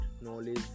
knowledge